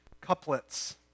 couplets